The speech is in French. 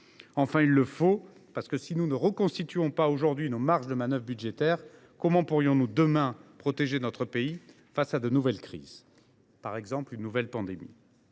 demain. En outre, si nous ne reconstituons pas aujourd’hui nos marges de manœuvre budgétaires, comment pourrons nous, demain, protéger notre pays face à de nouvelles crises, par exemple face à une autre pandémie